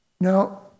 Now